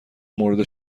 مورد